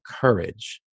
courage